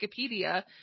Wikipedia